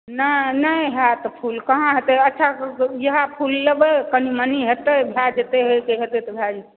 नहि नहि हैत फूल कहाँ हेतै अच्छा इएह फूल लेबै कनि मनी हेतै भए जेतै हेतै तऽ भए जेतै